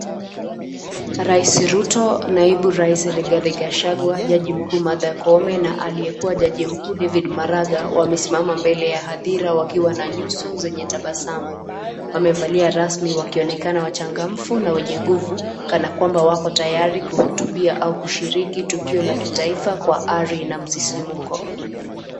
Rais Ruto, naibu rais Rigathi Gachagua, jaji mkuu Martha Koome na aliyekuwa jaji mkuu David Maraga wamesimama mbele ya hadhira wakiwa na nyuso zenye tabasamu. Wamevalia rasmi wakionekana wachangamfu na wenye nguvu kana kwamba wako tayari kuhutubia au kushiriki tukio la kitaifa kwa ari na msisimko.